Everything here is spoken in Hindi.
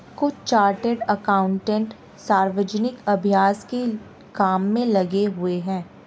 कुछ चार्टर्ड एकाउंटेंट सार्वजनिक अभ्यास के काम में लगे हुए हैं